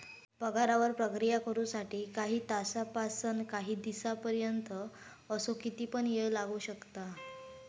पगारावर प्रक्रिया करु साठी काही तासांपासानकाही दिसांपर्यंत असो किती पण येळ लागू शकता